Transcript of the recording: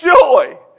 joy